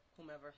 whomever